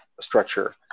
structure